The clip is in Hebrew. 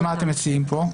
אז מה אתם מציעים פה?